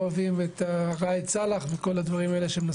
יש לי הרבה שיחות עם חלק גדול מאוד מהמבקרים.